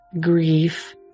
grief